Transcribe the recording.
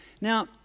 Now